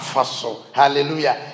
Hallelujah